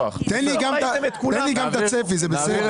תן לי גם את הצפי, זה בסדר.